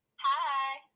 Hi